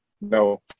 no